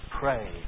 pray